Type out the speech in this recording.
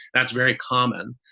that's very common.